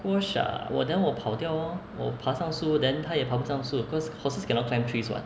porsche 我 then 我跑掉 orh 我爬上树 then 它也爬不上树 because horses cannot climb trees [what]